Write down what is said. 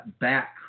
back